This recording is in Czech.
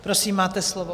Prosím, máte slovo.